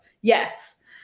Yes